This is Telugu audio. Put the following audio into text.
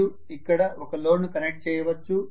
మీరు ఇక్కడ ఒక లోడ్ను కనెక్ట్ చేయవచ్చు